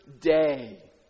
day